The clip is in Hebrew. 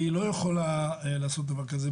והיא לא יכולה לעשות דבר כזה.